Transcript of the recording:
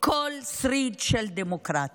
כל שריד של דמוקרטיה.